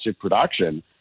production